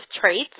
traits